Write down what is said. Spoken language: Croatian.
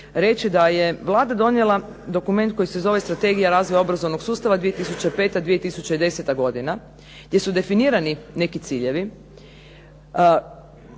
reći da je Vlada donijela dokument koji se zove Strategija razvoja obrazovnog sustava 2005. 2010. godina, gdje su definirani neki ciljevi.